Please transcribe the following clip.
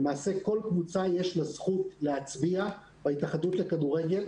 לכל קבוצה יש זכות להצביע באספה הכללית של ההתאחדות לכדורגל,